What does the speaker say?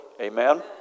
Amen